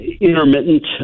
intermittent